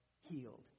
healed